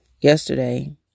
Yesterday